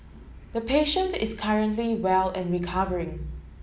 the patient is currently well and recovering